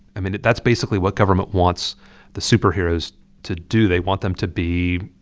i mean, that's basically what government wants the superheroes to do. they want them to be,